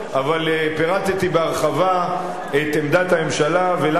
אבל פירטתי בהרחבה את עמדת הממשלה ולמה אין